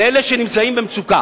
לאלה שנמצאים במצוקה.